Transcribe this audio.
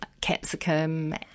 capsicum